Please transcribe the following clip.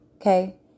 okay